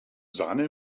sahne